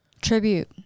Tribute